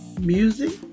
music